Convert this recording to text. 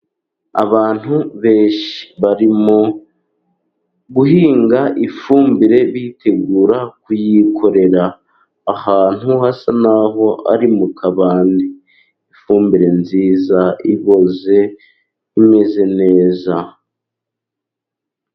Abantu benshi bari mu guhinga ifumbire bitegura kuyikorera. Ahantu hasa n'aho ari mu kabande, ifumbire nziza, iboze, imeze neza.